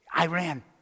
Iran